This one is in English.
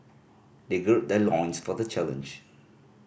they gird their loins for the challenge